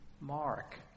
mark